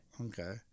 Okay